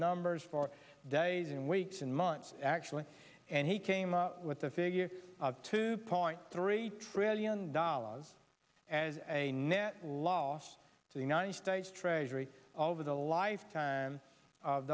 numbers for days and weeks and months actually and he came up with the figure to pay point three trillion dollars as a net loss to the united states treasury all over the lifetime of